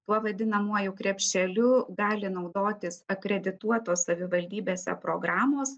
tuo vadinamuoju krepšeliu gali naudotis akredituotos savivaldybėse programos